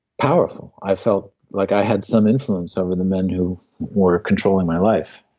powerful i felt like i had some influence over the men who were controlling my life.